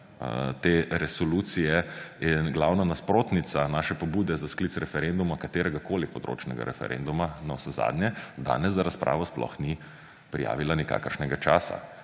te resolucije je glavna nasprotnica naše pobude za sklic referenduma, kateregakoli področnega referenduma, navsezadnje danes za razpravo sploh ni prijavila nikakršnega časa.